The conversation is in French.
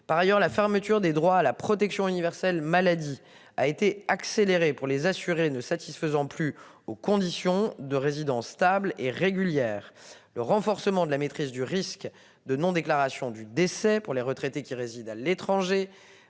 par ailleurs la fermeture des droits à la protection universelle maladie a été accélérée pour les assurés ne satisfaisant plus aux conditions de résidence stable et régulière. Le renforcement de la maîtrise du risque de non déclaration du décès pour les retraités qui réside à l'étranger